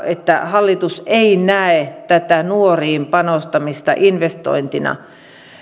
että hallitus ei näe tätä nuoriin panostamista investointina